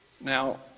Now